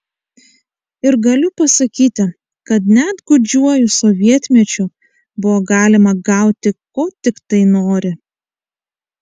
ir galiu pasakyti kad net gūdžiuoju sovietmečiu buvo galima gauti ko tiktai nori